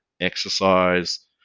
exercise